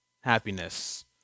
happiness